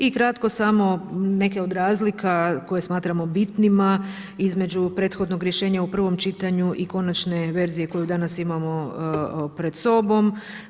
I kratko samo neke od razlika koje smatramo bitnima, između prethodnog rješenja u prvom čitanju i konačne verzije koju danas imamo pred sobom.